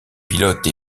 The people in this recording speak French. pilote